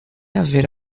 haver